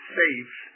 safe